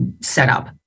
setup